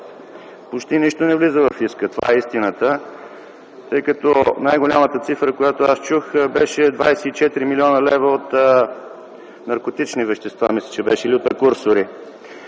почти нищо не влиза във фиска, това е истината, тъй като най-голямата цифра, която чух, беше 24 млн. лв. от наркотични вещества – мисля, че беше или от прекурсори.